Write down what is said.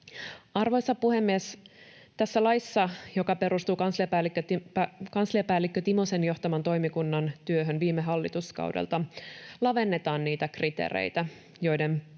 Arvoisa puhemies! Tässä laissa, joka perustuu kansliapäällikkö Timosen johtaman toimikunnan työhön viime hallituskaudelta, lavennetaan niitä kriteereitä, joiden